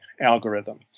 algorithm